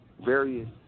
various